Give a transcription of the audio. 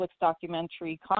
documentary